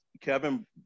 Kevin